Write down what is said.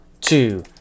two